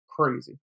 Crazy